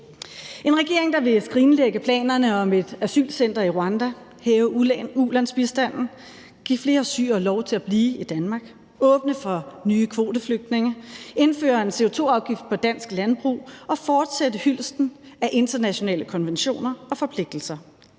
en regering, der vil skrinlægge planerne om et asylcenter i Rwanda, hæve ulandsbistanden, give flere syrere lov til at blive i Danmark, åbne for nye kvoteflygtninge, indføre en CO2-afgift på dansk landbrug og fortsætte hyldesten af internationale konventioner og forpligtelser.